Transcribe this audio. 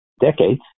decades